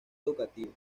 educativa